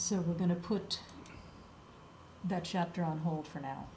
so we're going to put that chapter on hold for now